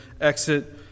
exit